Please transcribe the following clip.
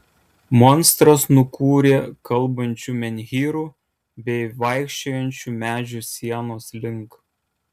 monstras nukūrė kalbančių menhyrų bei vaikščiojančių medžių sienos link